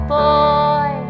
boy